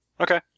Okay